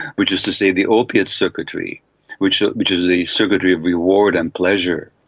which is to say the opiate circuitry which which is the circuitry of reward and pleasure,